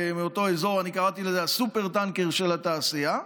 אני קראתי לזה "הסופר-טנקר של התעשייה".